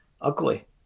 ugly